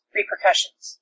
repercussions